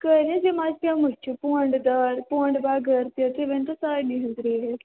کٔرۍ حظ یِم اَز پیٚمٕتھ چھِ پونٛڈٕ دار پونٛڈٕ بغٲر تہِ تُہۍ ؤنۍتَو سارِنٕے ہٕنٛز ریٹ